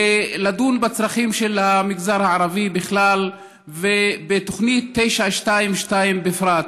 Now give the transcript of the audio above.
דיון בצרכים של המגזר הערבי בכלל ובתוכנית 922 בפרט.